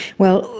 well,